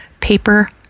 paper